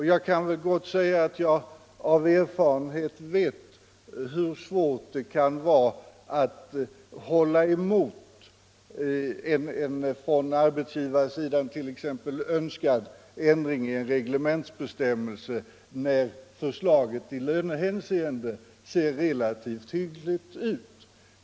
Jag kan gott säga att jag av erfarenhet vet hur svårt det kan vara att hålla emot när det gäller exempelvis en från arbetsgivarsidan önskad ändring i en reglementsbestämmelse, då förslaget i lönehänseende ser relativt hyggligt ut.